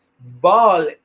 ball